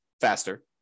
faster